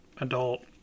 adult